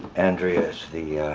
andrea's the,